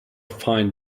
fine